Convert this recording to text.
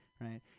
right